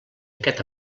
aquest